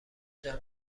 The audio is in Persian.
جمع